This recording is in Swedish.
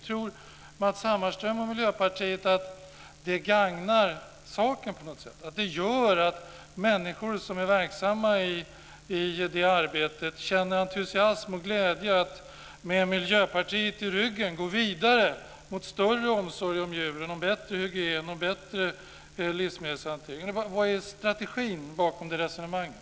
Tror Matz Hammarström och Miljöpartiet att det gagnar saken, att det gör att människor som är verksamma i det arbetet känner entusiasm och glädje för att med Miljöpartiet i ryggen gå vidare mot större omsorg om djuren, bättre hygien och bättre livsmedelshantering? Vad är strategin bakom resonemanget?